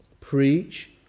preach